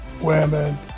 women